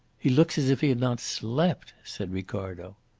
he looks as if he had not slept, said ricardo.